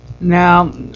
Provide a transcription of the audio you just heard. Now